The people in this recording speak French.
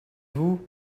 vous